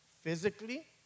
Physically